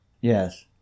yes